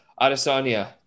Adesanya